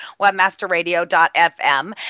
webmasterradio.fm